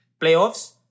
Playoffs